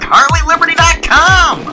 HarleyLiberty.com